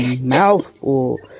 mouthful